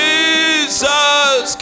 Jesus